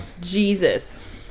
Jesus